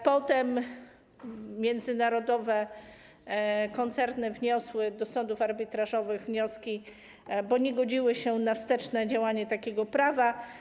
Potem międzynarodowe koncerny wniosły do sądów arbitrażowych wnioski, bo nie godziły się na wsteczne działanie takiego prawa.